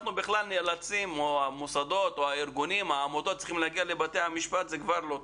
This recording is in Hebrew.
שהארגונים והמוסדות צריכים להגיע לבתי המשפט זה כבר לא טוב.